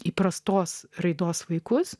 įprastos raidos vaikus